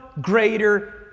greater